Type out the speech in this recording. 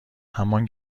همان